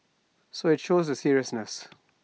so IT shows the seriousness